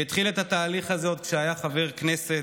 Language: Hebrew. שהתחיל את התהליך הזה עוד כשהיה חבר כנסת,